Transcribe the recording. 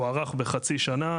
הוארך בחצי שנה.